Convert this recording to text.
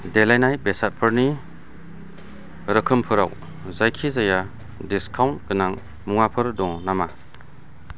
देलायनाय बेसादफोरनि रोखोमफोराव जायखिजाया डिसकाउन्ट गोनां मुवाफोर दङ नामा